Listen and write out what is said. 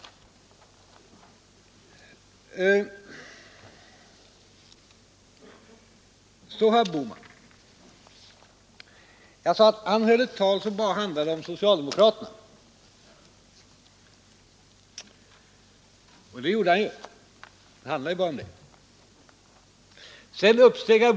Så till herr Bohman! Jag sade att han höll ett tal som bara handlade om socialdemokraterna. Det gjorde han. Sedan uppsteg herr Bohman i replik.